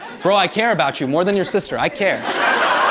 bro, i care about you. more than your sister, i care.